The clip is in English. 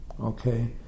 Okay